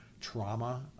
trauma